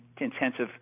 intensive